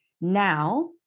now